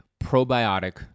probiotic